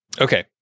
Okay